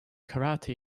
karate